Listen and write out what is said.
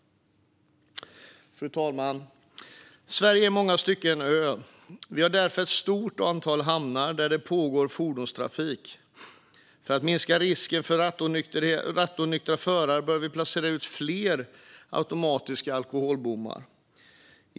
Fru talman! Sverige är i många stycken en ö. Vi har därför ett stort antal hamnar där det finns fordonstrafik. För att minska risken för rattonyktra förare bör vi placera ut fler automatiska alkobommar.